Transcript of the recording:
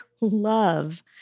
love